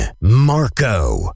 Marco